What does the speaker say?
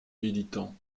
militants